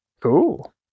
Cool